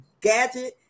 gadget